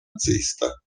nazista